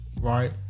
right